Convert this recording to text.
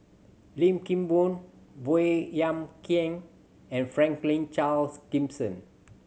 Lim Kim Boon Baey Yam Keng and Franklin Charles Gimson